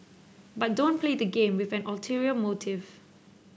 but don't play the game with an ulterior motive